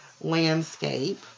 landscape